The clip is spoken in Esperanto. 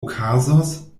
okazos